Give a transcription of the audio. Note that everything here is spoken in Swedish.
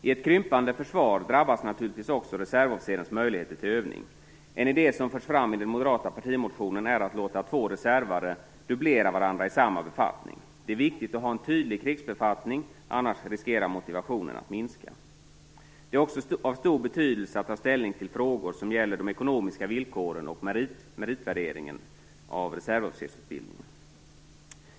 I ett krympande försvar drabbas naturligtvis också reservofficerens möjligheter till övning. En idé som förts fram i den moderata partimotionen är att låta två reservare dubblera varandra i samma befattning. Det är viktigt att ha en tydlig krigsbefattning. Annars riskerar motivationen att minska. Det är också av stor betydelse att ta ställning till frågor som gäller de ekonomiska villkoren och meritvärderingen av reservofficersutbildningen.